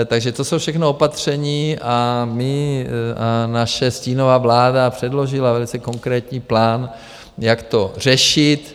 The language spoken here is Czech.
Takže to jsou všechno opatření a naše stínová vláda předložila velice konkrétní plán, jak to řešit.